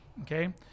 Okay